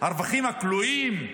הרווחים הכלואים,